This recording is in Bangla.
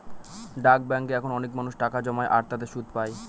ডাক ব্যাঙ্কে এখন অনেক মানুষ টাকা জমায় আর তাতে সুদ পাই